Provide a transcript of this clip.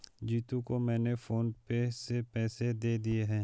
जीतू को मैंने PhonePe से पैसे दे दिए हैं